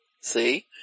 See